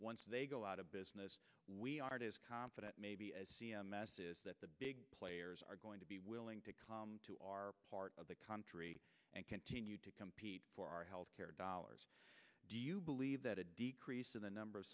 once they go out of business we are confident maybe as c m s is that the big players are going to be willing to come to our part of the country and continue to compete for our health care dollars do you believe that a decrease in the number of